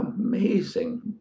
amazing